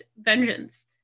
vengeance